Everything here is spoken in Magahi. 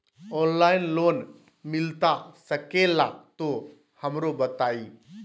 ऑनलाइन लोन मिलता सके ला तो हमरो बताई?